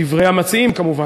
לדברי המציעים כמובן.